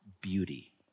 beauty